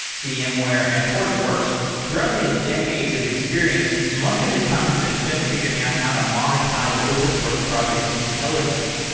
vmware and hortonworks. throughout his decades of experience, much of his time has been spent figuring out how to monetize open source projects intelligently.